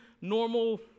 normal